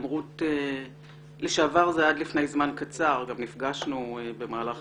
גם נפגשנו במהלך